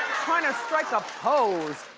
kind of strike a pose.